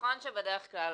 שבדרך-כלל